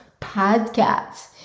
Podcast